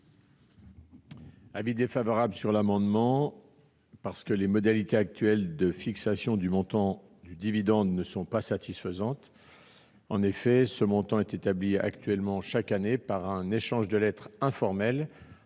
est défavorable. Les modalités actuelles de fixation du montant du dividende ne sont pas satisfaisantes. En effet, ce montant est établi actuellement chaque année par un échange de lettres informel